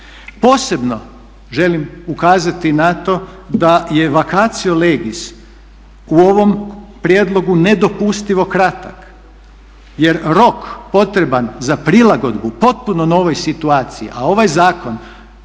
Posebno želim ukazati na to da je vacatio legis u ovom prijedlogu nedopustivo kratak, jer rok potreban za prilagodbu potpuno nove situacije a ovaj zakon